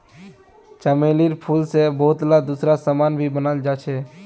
चमेलीर फूल से बहुतला दूसरा समान भी बनाल जा छे